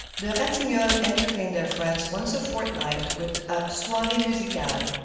the ratignolles entertained their friends once a fortnight with a soiree musicale,